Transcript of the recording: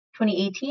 2018